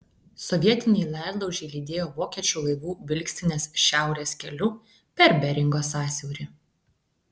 sovietiniai ledlaužiai lydėjo vokiečių laivų vilkstines šiaurės keliu per beringo sąsiaurį